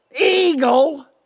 Eagle